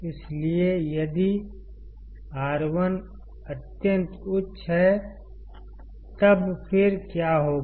इसलिए यदि R 1 अत्यंत उच्च है तब फिर क्या होगा